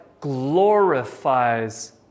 glorifies